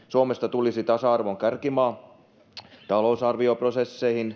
suomesta tulisi tasa arvon kärkimaa talousarvioprosesseissa